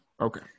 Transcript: okay